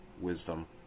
wisdom